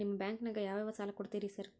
ನಿಮ್ಮ ಬ್ಯಾಂಕಿನಾಗ ಯಾವ್ಯಾವ ಸಾಲ ಕೊಡ್ತೇರಿ ಸಾರ್?